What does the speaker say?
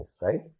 right